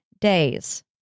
days